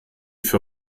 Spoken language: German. für